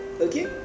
Okay